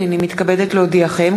הנני מתכבדת להודיעכם,